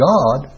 God